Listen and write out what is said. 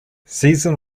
season